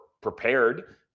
prepared